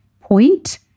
point